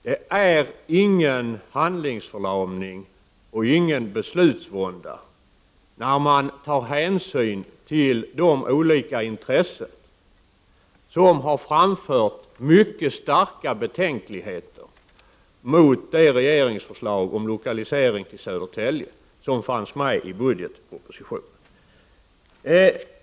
Det är ingen handlingsförlamning, det är ingen beslutsvånda när man tar hänsyn till de olika intressen som har framförts. Det har kommit mycket starka betänkligheter mot det regeringsförslag om lokalisering till Södertälje som finns med i budgetpropositionen.